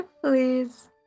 Please